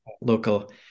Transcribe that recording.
local